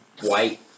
White